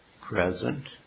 present